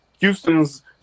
Houston's